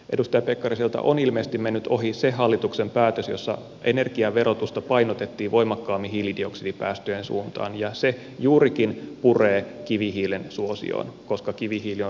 edustaja pekkariselta on ilmeisesti mennyt ohi se hallituksen päätös jossa energian verotusta painotettiin voimakkaammin hiilidioksidipäästöjen suuntaan ja se juurikin puree kivihiilen suosioon koska kivihiili on runsaspäästöinen polttoaine